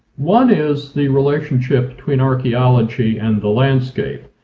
one is the relationship between archaeology and the landscape.